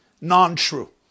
non-true